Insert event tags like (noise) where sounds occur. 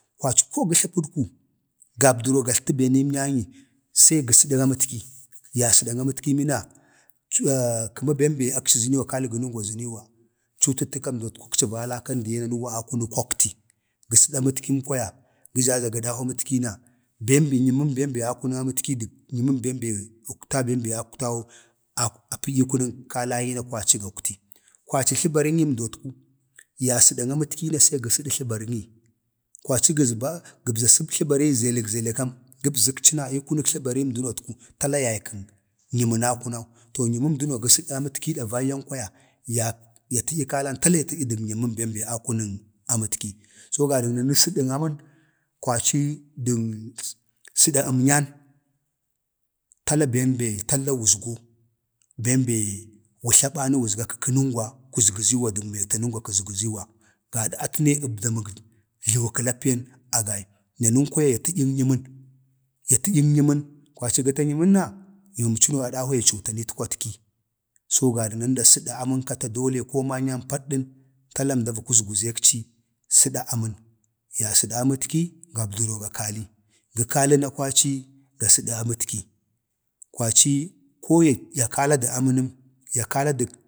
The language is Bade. kwaci go gətla pədku gabdəro gatlata pədku gabdəro gatləta amatki ya sədən amətki məna (hesitation) kəma bem be akci zənawa ma, kalgənən gwa zənə wa ma, kalgənən gwa ənəwa, cuttəkam dotku valakan diyee nanuuwa akunək kwakwti gə səda əmətkim kwaya (unintelligible) gə jaa za gə dahwaəmtki na bem, nyəmən bem be akunən amətki na ukta bembe awktawo apədyi, ii kunə kalanyi na kwaci gakwti. kwaci tləbarənyi, kwaci gəbza tləbərinnyi zəlak zelakam gabzəkci na ii kunək tləbarinyi mdootku tala yay kən nyaməmdəno gə səda amətki so gadak nana za sədan amən kwaci dən sədan əmnyan tala bem be tala wuzgo, bem bee wutla bani wuzga kəkənəngwa ya kuzguziwa dən metengwa kuzguziwa, gada atə ne əbdamən tluwu kəlapiyan agai, nanəm kwaya ya tədyək nyəmən, ya tədyak nyəmən kwaci, gə ta nyəmən na nyəməmcəno, adahwye cutan ii i kwatki so gada nanə za sədən amar kata dole ko gadak manyamon padədən tala əmda va kuzguzekci sədan amən. ya sədən amətki gabdaro ga kali, gə kaləna kwaci ga sada amatki. kwaci ko ya kala dən amənəm, ya kala dək